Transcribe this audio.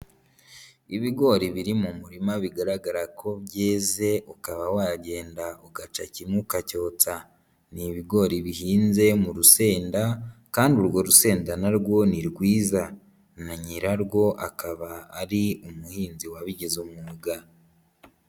Ibigori biri mu murima bigaragara ko byeze, ukaba wagenda ugaca kimwe ukacyotsa. Ni ibigori bihinze mu rusenda kandi urwo rusenda na rwo ni rwiza na nyirarwo akaba ari umuhinzi wabigize umwuga.